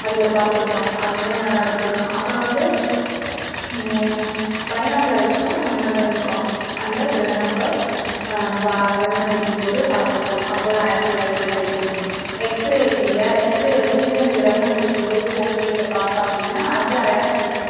அதில் பார்த்துருக்கோம் அதுலாம் நல்லாருக்கும் அப்புறோ வந்து பைனாக்குலர் வச்சும் நாங்கள் என்ன பண்ணியிருக்கோம் அந்த கிரகணம் அப்போ பாக்கிற கிரகணம் பிடிக்கும்போது பார்த்துருக்கோம் அப்போலா அழகா லைவா தெரியும் எக்ஸ்ரே இருக்குல்ல எக்ஸ்ரே வச்சி அந்த கிரகணம் பிடிக்கும்போது சன்லைடில் பார்த்தோம் அப்படினா அதில் அழகாக தெரியும்